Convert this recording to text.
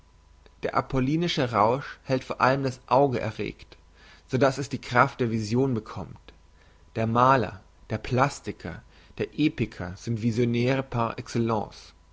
der apollinische rausch hält vor allem das auge erregt so dass es die kraft der vision bekommt der maler der plastiker der epiker sind visionäre par excellence